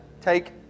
take